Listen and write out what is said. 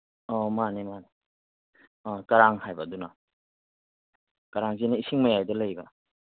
ꯑꯧ ꯃꯥꯅꯦ ꯃꯥꯅꯦ ꯑ ꯀꯔꯥꯡ ꯍꯥꯏꯕ ꯑꯗꯨꯅ ꯀ꯭ꯔꯥꯡꯁꯤꯅ ꯏꯁꯤꯡ ꯃꯌꯥꯏꯗ ꯂꯩꯕ